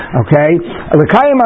okay